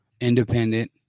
independent